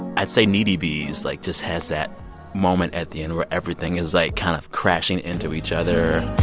i'd say needy bees, like, just has that moment at the end where everything is, like, kind of crashing into each other